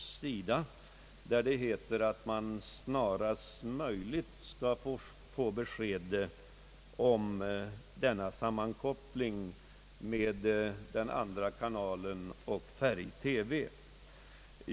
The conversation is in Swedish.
Det heter i utskottets skrivning, att man snarast bör få besked om denna sammankoppling med den andra kanalen och färg-TV.